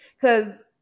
Cause